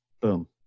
Boom